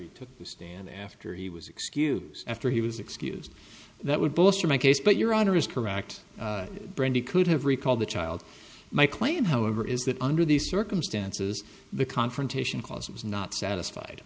he took the stand after he was excuse after he was excused that would bolster my case but your honor is correct brandy could have recalled the child my claim however is that under these circumstances the confrontation clause was not satisfied